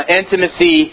intimacy